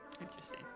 Interesting